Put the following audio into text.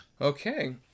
Okay